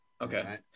Okay